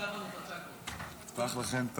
לפי הכותרת